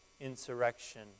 insurrection